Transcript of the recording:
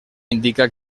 indica